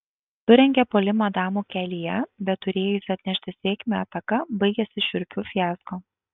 surengia puolimą damų kelyje bet turėjusi atnešti sėkmę ataka baigiasi šiurpiu fiasko